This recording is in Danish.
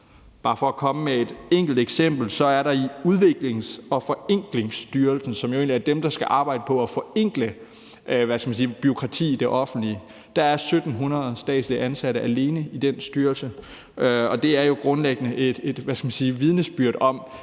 Bare for at komme med et enkelt eksempel vil jeg nævne, at der i Udviklings- og Forenklingsstyrelsen, som jo egentlig er dem, der skal arbejde på at forenkle, hvad skal man sige, bureaukratiet i det offentlige, er 1.700 statsligt ansatte, altså alene i den styrelse. Det er jo grundlæggende et vidnesbyrd om,